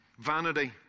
vanity